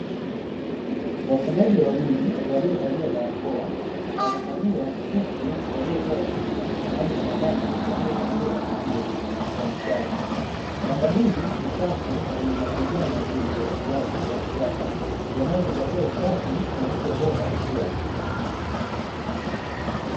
Wafugaji wawili waliovalia barakoa, wanakagua kuku waliotoa vichwa ndani ya mabanda yaliyopangiliwa vizuri kwa mstari. Banda hili ni safi na lenye mazingira mazuri ya ufugaji wa kisasa, unaozingatia usafi na lishe bora kila siku.